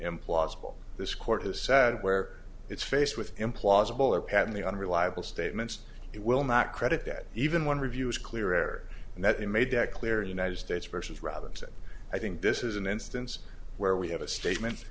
implausible this court has said where it's faced with implausible are patently unreliable statements it will not credit that even one review is clear air and that you made that clear united states versus robinson i think this is an instance where we have a statement